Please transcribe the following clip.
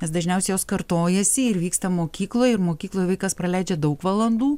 nes dažniausiai jos kartojasi ir vyksta mokykloj ir mokykloj vaikas praleidžia daug valandų